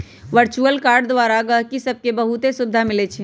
virtual card द्वारा गहकि सभके बहुते सुभिधा मिलइ छै